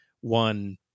one